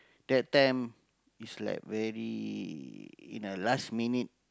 that time is like very in a last minute